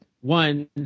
one